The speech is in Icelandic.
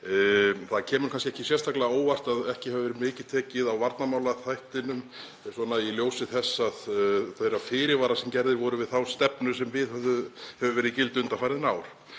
Það kemur kannski ekkert sérstaklega á óvart að ekki hafi verið mikið tekið á varnarmálaþættinum í ljósi þeirra fyrirvara sem gerðir voru við þá stefnu sem hefur verið í gildi undanfarin ár.